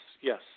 yes